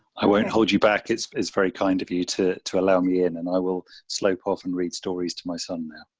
i won't hold you back. it's it's very kind of you to to allow me in and i will slope off and read stories to my son now.